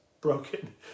broken